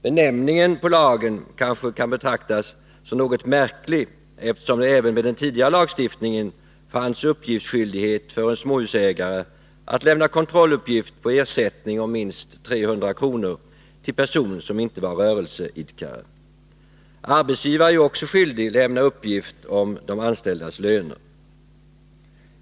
Benämningen på lagen kanske kan betraktas som något märklig, eftersom det även med den tidigare lagstiftningen fanns skyldighet för en småhusägare att lämna kontrolluppgift på ersättning om minst 300 kr. till person som inte var rörelseidkare. Arbetsgivare är också skyldig att lämna uppgift om anställdas löner.